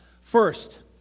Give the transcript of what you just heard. First